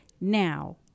now